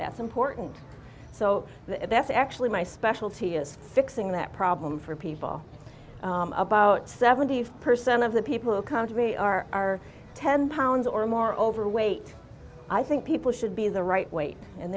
that's important so that's actually my specialty is fixing that problem for people about seventy five percent of the people who come to me are ten pounds or more overweight i think people should be the right weight and